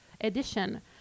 edition